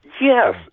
Yes